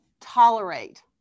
tolerate